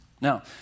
Now